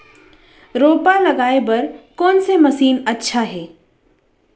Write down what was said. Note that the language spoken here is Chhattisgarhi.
रोपा लगाय बर कोन से मशीन अच्छा हे?